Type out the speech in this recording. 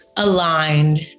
Aligned